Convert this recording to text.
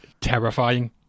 terrifying